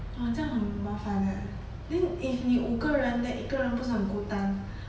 !wah! 这样很麻烦 eh then if 你五个人 then 一个人不是很孤单